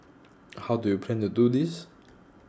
how do you plan to do this